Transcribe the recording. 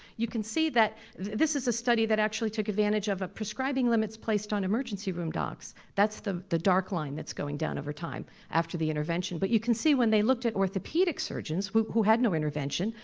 you can see that this is a study that actually took advantage of a prescribing limits placed on emergency room docs, that's the the dark line that's going down over time, after the intervention. but you can see when they looked at orthopedic surgeons, who had no intervention,